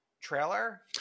trailer